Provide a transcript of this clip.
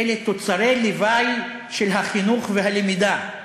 אלה תוצרי לוואי של החינוך והלמידה.